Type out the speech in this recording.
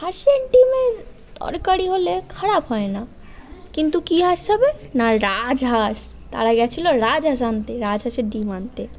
হাঁসের ডিমের তরকারি হলে খারাপ হয় না কিন্তু কী হাঁস হবে না রাজহাঁস তারা গিয়েছিল রাজহাঁস আনতে রাজহাঁসের ডিম আনতে